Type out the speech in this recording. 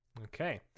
Okay